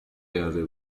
کرده